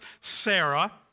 Sarah